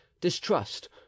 distrust